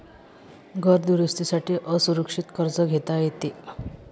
घर दुरुस्ती साठी असुरक्षित कर्ज घेता येते